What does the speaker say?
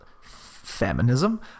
feminism